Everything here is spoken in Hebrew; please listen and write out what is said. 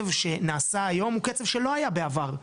והקצב שנעשה היום הוא קצב שלא היה בעבר,